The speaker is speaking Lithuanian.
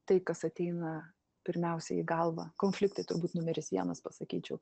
tai kas ateina pirmiausia į galvą konfliktai turbūt numeris vienas pasakyčiau